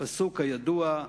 הפסוק הידוע: